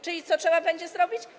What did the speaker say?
Czyli co trzeba będzie zrobić?